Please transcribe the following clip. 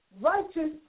righteous